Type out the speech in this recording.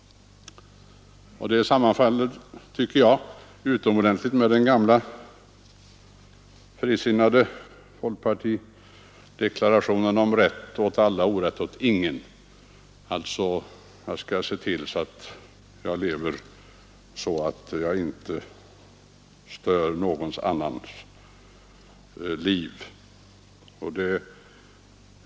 Det sammanfaller, tycker jag, utomordentligt med den gamla frisinnade folkpartideklarationen om rätt åt alla och orätt åt ingen. Jag skall alltså se till att jag lever så att jag inte stör någon annans liv.